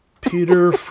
Peter